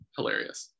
Hilarious